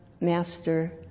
master